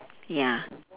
ya